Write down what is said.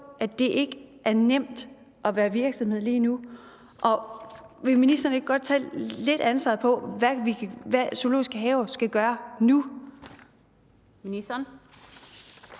at det ikke er nemt at være virksomhed lige nu? Og vil ministeren ikke godt lidt tage ansvaret for, hvad de zoologiske haver skal gøre nu? Kl.